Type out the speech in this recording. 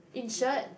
insured